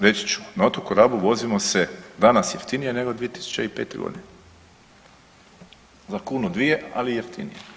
Reći ću na otoku Rabu vozimo se danas jeftinije nego 2005.g. za kunu, dvije, ali jeftinije.